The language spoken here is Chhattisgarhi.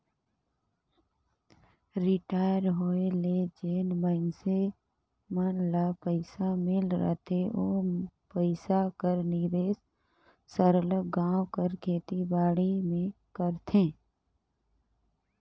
रिटायर होए ले जेन मइनसे मन ल पइसा मिल रहथे ओ पइसा कर निवेस सरलग गाँव कर खेती बाड़ी में करथे